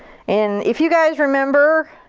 and if you guys remember,